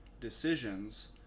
decisions